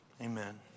amen